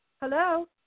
hello